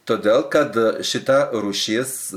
todėl kad šita rūšis